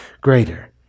greater